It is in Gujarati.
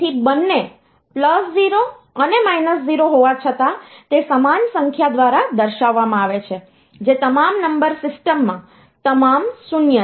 તેથી બંને પ્લસ 0 અને માઈનસ 0 હોવા છતાં તે સમાન સંખ્યા દ્વારા દર્શાવવામાં આવે છે જે તમામ નંબર સિસ્ટમમાં તમામ 0 છે